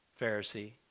Pharisee